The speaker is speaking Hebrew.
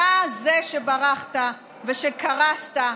אתה זה שברחת וקרסת.